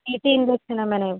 TT injection ఏమైన